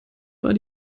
war